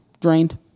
drained